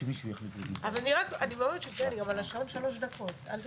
אני על השעון שלוש דקות אל תדאג.